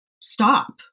stop